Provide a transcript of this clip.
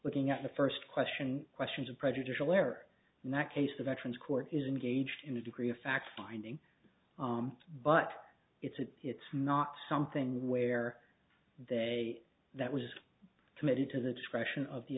looking at the first question questions of prejudicial error in that case the veterans court is engaged in a degree of fact finding but it's a it's not something where they that was committed to the discretion of the